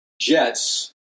jets